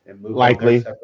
Likely